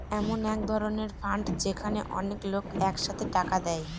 এমন এক ধরনের ফান্ড যেখানে অনেক লোক এক সাথে টাকা দেয়